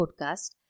podcast